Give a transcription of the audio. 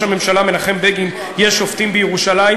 הממשלה מנחם בגין: "יש שופטים בירושלים".